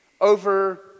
over